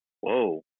Whoa